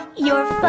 you're